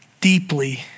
deeply